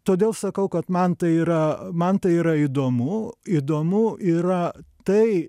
todėl sakau kad man tai yra man tai yra įdomu įdomu yra tai